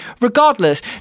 regardless